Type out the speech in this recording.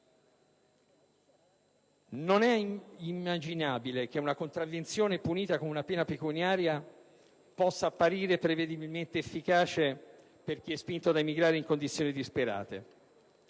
in generale. Una contravvenzione punita con una pena pecuniaria non appare prevedibilmente efficace per chi è spinto ad emigrare da condizioni disperate.